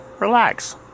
Relax